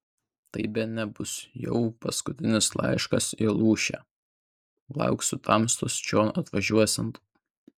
tai bene bus jau paskutinis laiškas į lūšę lauksiu tamstos čion atvažiuosiant